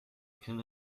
can